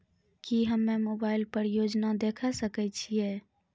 की हम्मे मोबाइल पर योजना देखय सकय छियै?